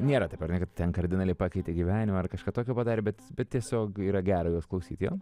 nėra taip ar ne kad ten kardinaliai pakeitė gyvenimą ar kažką tokio padarė bet tiesiog yra gera jos klausyt jo